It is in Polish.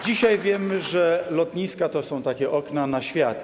Dzisiaj wiemy, że lotniska to są takie okna na świat.